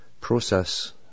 process